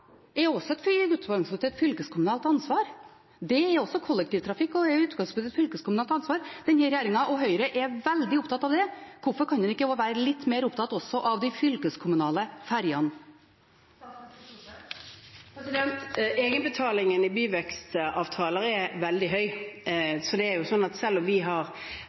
også i utgangspunktet et fylkeskommunalt ansvar. Kollektivtrafikk er også i utgangspunktet fylkeskommunenes ansvar. Denne regjeringen og Høyre er veldig opptatt av det. Hvorfor kan en ikke også være litt mer opptatt av de fylkeskommunale ferjene? Egenbetalingen i byvekstavtaler er veldig høy. Vi har lagt opp til i utgangspunktet 50-50, som er en stor satsing på kollektivtrafikk i byene for å sørge for at vi